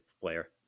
player